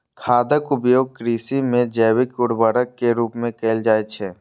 खादक उपयोग कृषि मे जैविक उर्वरक के रूप मे कैल जाइ छै